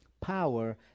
power